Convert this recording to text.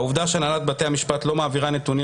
העובדה שהנהלת בתי המשפט לא מעבירה נתונים